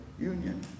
union